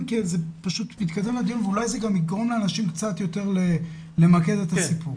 זה יגרום לאנשים קצת יותר למקד את הסיפור.